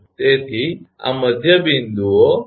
તેથી આ મધ્ય બિંદુઓ મિડપોઇન્ટ્સ છે